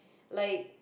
like